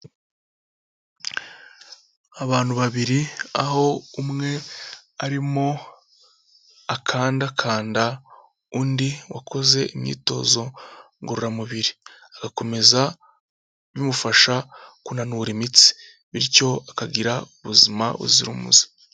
Abantu babiri aho umwe arimo akandakanda undi wakoze imyitozo ngororamubiri. Agakomeza bimufasha kunanura imitsi, bityo akagira ubuzima buzira umuze.